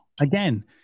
Again